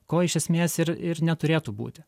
ko iš esmės ir ir neturėtų būti